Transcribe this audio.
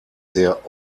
der